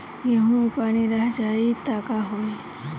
गेंहू मे पानी रह जाई त का होई?